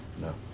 No